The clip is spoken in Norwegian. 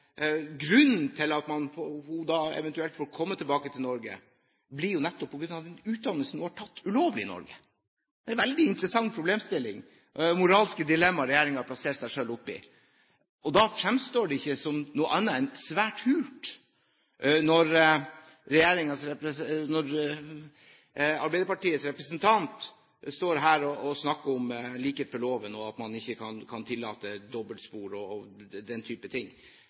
Grunnen til at hun da eventuelt får komme tilbake til Norge, er jo nettopp den utdannelsen hun har tatt ulovlig i Norge. Det er en veldig interessant problemstilling og et moralsk dilemma regjeringen har plassert seg selv i. Da fremstår det ikke som noe annet enn svært hult når Arbeiderpartiets representant står her og snakker om likhet for loven, og at man ikke kan tillate dobbeltspor og den typen ting.